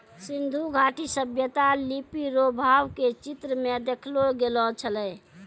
सिन्धु घाटी सभ्यता लिपी रो भाव के चित्र मे देखैलो गेलो छलै